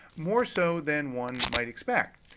more so than one might expect.